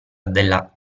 della